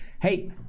Hey